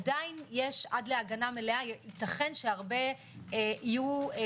עדיין עד הגנה מלאה ייתכן שהרבה יכולים